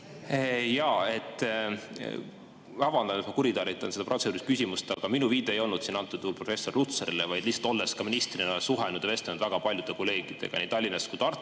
Vabandan, et ma kuritarvitan seda protseduurilist küsimust, aga minu viide ei olnud siin antud juhul professor Lutsarile, vaid lihtsalt olles ka ministrina suhelnud ja vestelnud väga paljude kolleegidega nii Tallinnast kui ka